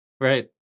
right